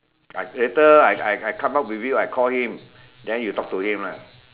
I later I I I come up with you I call him then you talk to him lah